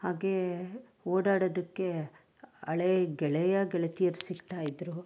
ಹಾಗೇ ಓಡಾಡೋದಕ್ಕೆ ಹಳೇ ಗೆಳೆಯ ಗೆಳತಿಯರು ಸಿಗ್ತಾಯಿದ್ದರು